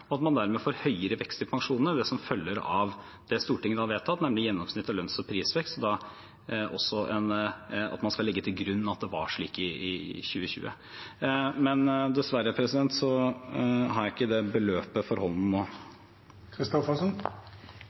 og at man dermed får høyere vekst i pensjonene enn det som følger av det Stortinget har vedtatt, nemlig gjennomsnittet av lønns- og prisvekst, og da også at man skal legge til grunn at det var slik i 2020. Men dessverre har jeg ikke det beløpet for hånden nå.